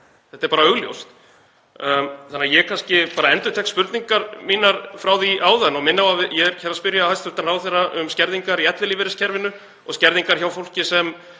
Þetta er bara augljóst. Ég kannski bara endurtek spurningar mínar frá því áðan og minni á að ég er hér að spyrja hæstv. ráðherra um skerðingar í ellilífeyriskerfinu og skerðingar hjá fólki sem